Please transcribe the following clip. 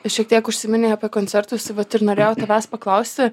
šiek tiek užsiminei apie koncertus tai vat ir norėjau tavęs paklausti